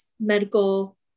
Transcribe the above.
medical